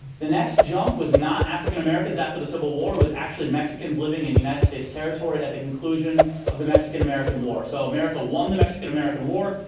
the next jump was not african americans after the civil war, it was actually mexicans living in united states territory at the conclusion of the mexican-american war. so, america won the mexican-american war,